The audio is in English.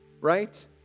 right